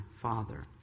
father